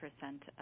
percent